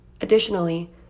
Additionally